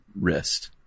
wrist